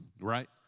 right